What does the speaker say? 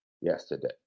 yesterday